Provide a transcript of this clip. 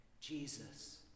Jesus